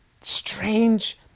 strange